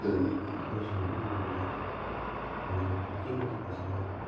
ꯃꯈꯣꯏꯁꯤꯡ ꯑꯗꯨ ꯎꯕꯗ ꯑꯗꯨꯛꯀꯤ ꯃꯇꯤꯛ ꯐꯖꯈ꯭ꯔꯦ